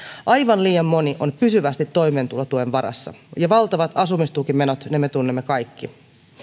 aivan liian moni on pysyvästi toimeentulotuen varassa ja valtavat asumistukimenot me tunnemme kaikki